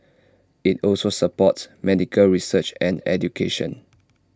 IT also supports medical research and education